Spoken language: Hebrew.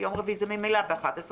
ביום רביעי זה ממילא ב-11:00,